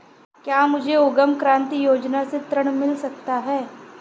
क्या मुझे उद्यम क्रांति योजना से ऋण मिल सकता है?